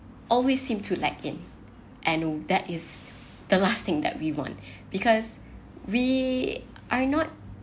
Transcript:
always seem to like in and that is the last thing that we want because we are not